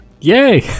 yay